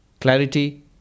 Clarity